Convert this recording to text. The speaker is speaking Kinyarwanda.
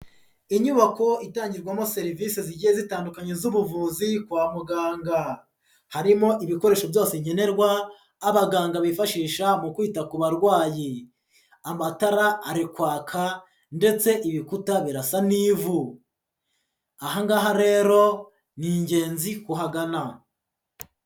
Inyubako itangirwamo serivise zigiye zitandukanye z'ubuvuzi kwa muganga, harimo ibikoresho byose nkenerwa, abaganga bifashisha mu kwita ku barwayi, amatara ari kwaka ndetse ibikuta birasa n'ivu, aha ngaha rero, ni ingenzi kuhagana.